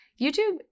YouTube